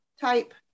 type